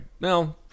No